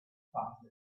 passed